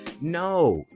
No